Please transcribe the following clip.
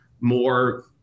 more